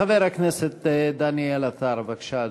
חבר הכנסת דניאל עטר, בבקשה,